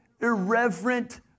irreverent